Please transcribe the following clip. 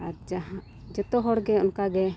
ᱟᱨ ᱡᱟᱦᱟᱸ ᱡᱚᱛᱚ ᱦᱚᱲ ᱜᱮ ᱚᱱᱠᱟᱜᱮ